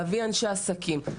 להביא אנשי עסקים,